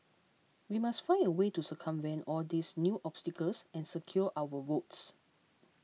we must find a way to circumvent all these new obstacles and secure our votes